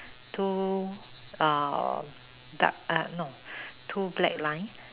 two uh dark uh no two black line